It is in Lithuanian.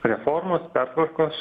reformos pertvarkos